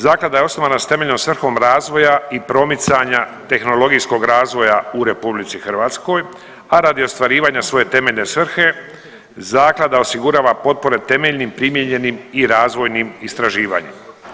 Zaklada je osnovana s temeljnom svrhom razvoja i promicanja tehnologijskog razvoja u RH, a radi ostvarivanja svoje temeljne svrhe zaklada osigurava potpore temeljnim, primijenjenim i razvojnim istraživanjima.